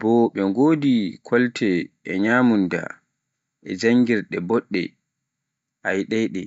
bo ɓe wodi kolte e nyamunda e janngirde boɗɗe a yiɗai ɗe